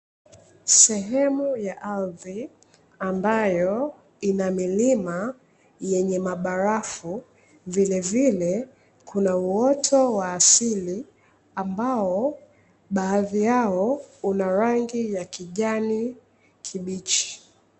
Sehemu ya ardhi ambayo ina milima yenye mabarafu, vilevile kuna uoto wa asili ambao baadhi yao una rangi ya kijani kibichi.